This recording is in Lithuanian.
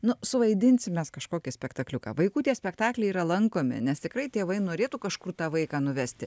nu suvaidinsim mes kažkokį spektakliuką vaikų tie spektakliai yra lankomi nes tikrai tėvai norėtų kažkur tą vaiką nuvesti